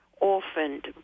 orphaned